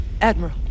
Admiral